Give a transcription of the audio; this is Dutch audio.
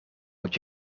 moet